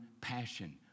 passion